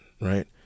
right